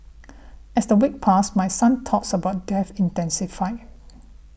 as the weeks passed my son's thoughts about death intensified